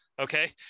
okay